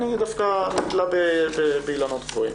אני דווקא ניתלה באילנות גבוהים.